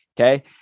Okay